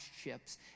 ships